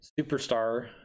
superstar